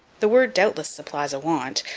the word doubtless supplies a want,